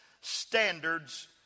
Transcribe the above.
standards